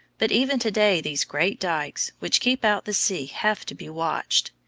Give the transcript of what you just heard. but even to-day these great dykes which keep out the sea have to be watched.